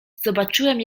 zobaczyłem